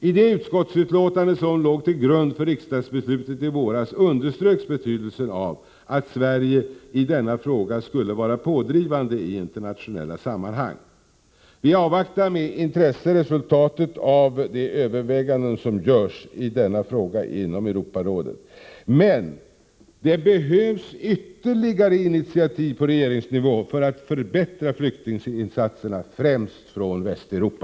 I det utskottsbetänkande som låg till grund för riksdagsbeslutet i våras underströks betydelsen av att Sverige i denna fråga skulle vara pådrivande i internationella sammanhang. Vi avvaktar med intresse resultatet av de överväganden som görs i denna fråga inom Europarådet. Men det behövs ytterligare initiativ på regeringsnivå för att förbättra flyktinginsatserna främst från Västeuropa.